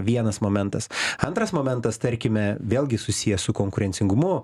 vienas momentas antras momentas tarkime vėlgi susiję su konkurencingumu